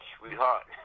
Sweetheart